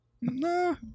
No